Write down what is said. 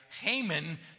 Haman